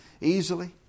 easily